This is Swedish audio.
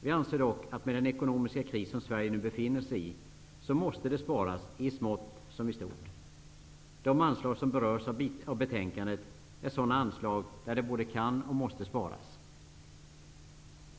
Vi anser dock att med den ekonomiska kris som Sverige nu befinner sig i måste det sparas -- i smått som i stort. De anslag som berörs av betänkandet är sådana anslag där det både kan och måste sparas.